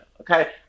okay